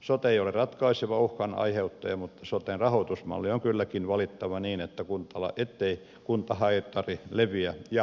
sote ei ole ratkaiseva uhkan aiheuttaja mutta soten rahoitusmalli on kylläkin valittava niin ettei kuntahaitari leviä ja hajoa käsiin